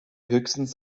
höchstens